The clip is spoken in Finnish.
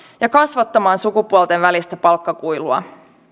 ja kasvattamaan sukupuolten välistä palkkakuilua